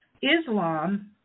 Islam